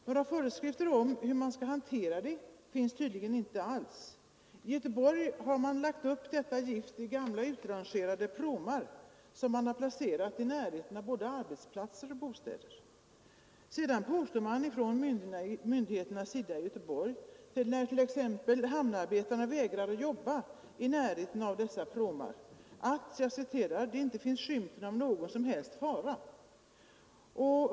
Några föreskrifter om hur man skall hantera det finns tydligen inte alls. I Göteborg har man lagt upp detta gift i gamla, utrangerade pråmar, som man har placerat i närheten av både arbetsplatser och bostäder. Sedan påstår myndigheterna i Göteborg, när t.ex. hamnarbetarna vägrar att jobba i närheten av dessa pråmar, att ”det inte finns skymten av någon som helst fara”.